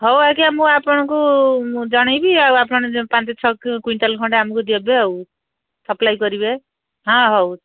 ହଉ ଆଜ୍ଞା ମୁଁ ଆପଣଙ୍କୁ ମୁଁ ଜଣେଇବି ଆଉ ଆପଣ ପାଞ୍ଚ ଛଅ କୁଇଣ୍ଟାଲ୍ ଖଣ୍ଡେ ଆମକୁ ଦବେ ଆଉ ସପ୍ଲାାଇ କରିବେ ହଁ ହଉ